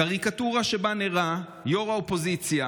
קריקטורה בעיתון חרדי שבה נראה ראש האופוזיציה,